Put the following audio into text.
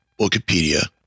Wikipedia